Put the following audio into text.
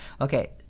okay